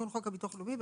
הביטוח הלאומי15.